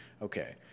Okay